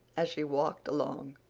as she walked along.